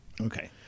Okay